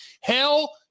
Hell